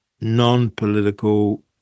non-political